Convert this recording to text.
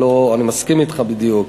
אני מסכים אתך בדיוק,